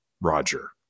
Roger